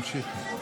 תמשיכי.